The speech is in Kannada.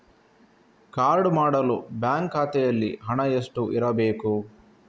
ಕಾರ್ಡು ಮಾಡಲು ಬ್ಯಾಂಕ್ ಖಾತೆಯಲ್ಲಿ ಹಣ ಎಷ್ಟು ಇರಬೇಕು?